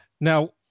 Now